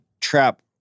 trap